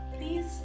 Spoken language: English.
please